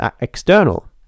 external